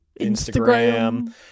Instagram